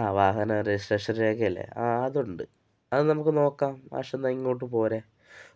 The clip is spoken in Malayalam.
ആ വാഹന രജിസ്ട്രേഷന് രേഖയല്ലേ ആ അതുണ്ട് അത് നമുക്കു നോക്കാം മാഷെന്നാല് ഇങ്ങോട്ടു പോരൂ